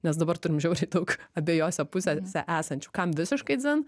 nes dabar turim žiauriai daug abiejose pusėse esančių kam visiškai dzin